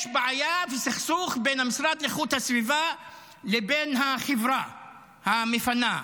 יש בעיה וסכסוך בין המשרד לאיכות הסביבה לבין החברה המפנה,